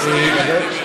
נגמר הזמן.